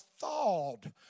thawed